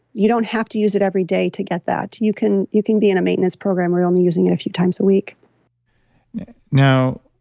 you don't have to use it every day to get that. you can you can be in a maintenance program where you're only using it a few times a week now,